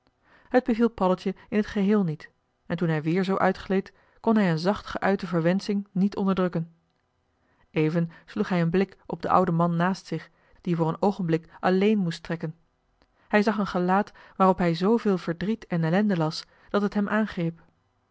beviel paddeltje in t geheel niet en toen hij weer zoo uitgleed kon hij een zacht geuite verwensching niet onderdrukken even sloeg hij een blik op den ouden man naast joh h been paddeltje de scheepsjongen van michiel de ruijter zich die voor een oogenblik alleen moest trekken hij zag een gelaat waarop hij zoo veel verdriet en ellende las dat het hem aangreep